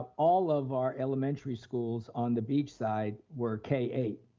all of our elementary schools on the beach side were k eight,